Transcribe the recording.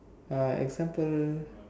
uh example